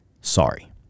Sorry